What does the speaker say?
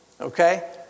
Okay